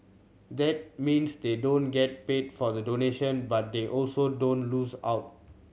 that means they don't get paid for the donation but they also don't lose out